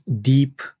deep